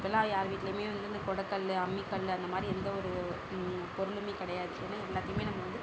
இப்போல்லாம் யார் வீட்டுலேயுமே வந்து இந்த குடக்கல்லு அம்மிக்கல் அந்த மாதிரி எந்த ஒரு பொருளுமே கிடையாது ஏன்னா எல்லாத்தையுமே நம்ம வந்து